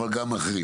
אבל גם אחרים.